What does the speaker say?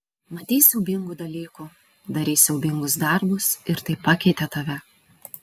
matei siaubingų dalykų darei siaubingus darbus ir tai pakeitė tave